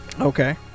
Okay